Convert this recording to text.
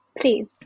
please